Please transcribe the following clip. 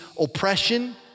oppression